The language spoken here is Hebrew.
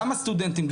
גם הסטודנטים,